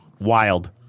Wild